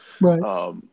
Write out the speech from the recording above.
Right